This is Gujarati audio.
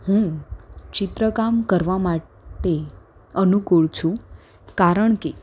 હું ચિત્ર કામ કરવા માટે અનુકૂળ છું કારણ કે